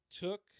took